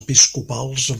episcopals